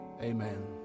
amen